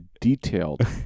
detailed